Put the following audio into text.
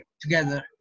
together